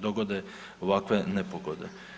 dogode ovakve nepogode.